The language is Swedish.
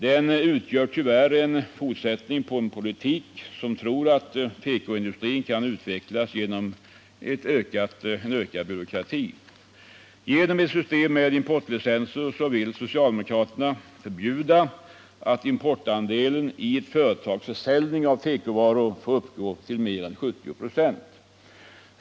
Den utgör tyvärr en fortsättning på en politik baserad på tron att tekoindustrin kan utvecklas genom ökad byråkrati. Genom ett system med importlicenser vill socialdemokraterna förbjuda att importandelen i ett företags försäljning av tekovaror får uppgå till mer än 70 96.